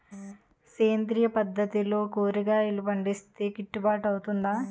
సేంద్రీయ పద్దతిలో కూరగాయలు పండిస్తే కిట్టుబాటు అవుతుందా?